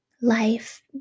life